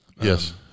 Yes